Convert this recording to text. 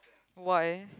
why